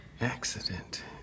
Accident